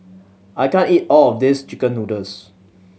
I can't eat all of this chicken noodles